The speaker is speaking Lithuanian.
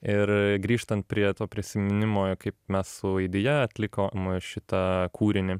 ir grįžtant prie to prisiminimo kaip mes su aidija atliko šitą kūrinį